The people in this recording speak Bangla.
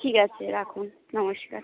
ঠিক আছে রাখুন নমস্কার